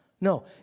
No